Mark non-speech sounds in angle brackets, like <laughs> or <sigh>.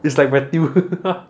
it's like matthew <laughs>